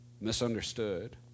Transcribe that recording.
misunderstood